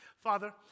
Father